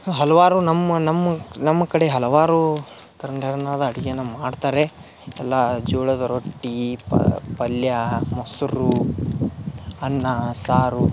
ಹಲವಾರು ನಮ್ಮ ನಮ್ಮ ನಮ್ಮ ಕಡೆ ಹಲವಾರು ಥರ ಥರನಾದ ಅಡಿಗೇನ ಮಾಡ್ತಾರೆ ಎಲ್ಲಾ ಜೋಳದ ರೊಟ್ಟಿ ಪಲ್ಯ ಮೊಸರು ಅನ್ನ ಸಾರು